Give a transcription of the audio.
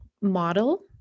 model